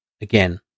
again